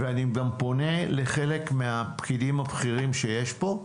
ואני פונה גם לחלק מהפקידים הבכירים שיש פה,